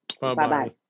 bye-bye